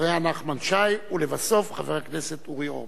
אחריה, נחמן שי, ולבסוף, חבר הכנסת אורי אורבך.